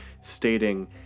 stating